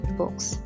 books